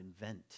invent